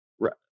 Right